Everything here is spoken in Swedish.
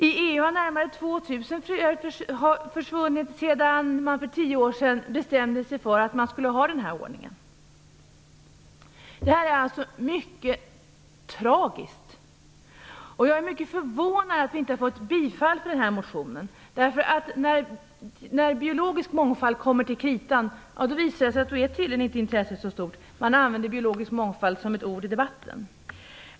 I EU har närmare 2 000 fröer försvunnit sedan man för tio år sedan bestämde sig för den här ordningen. Detta är alltså mycket tragiskt, och jag är mycket förvånad över att vår motion inte har tillstyrkts. När det kommer till kritan visar det sig att intresset för biologisk mångfald tydligen inte är så stort. Man använder det bara som ett begrepp i debatten.